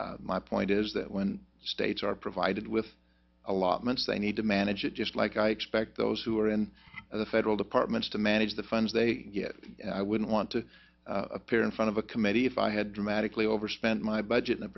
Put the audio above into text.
my point is that when states are provided with allotments they need to manage it just like i expect those who are in the federal departments to manage the funds they wouldn't want to appear in front of a committee if i had dramatically overspent my budget in a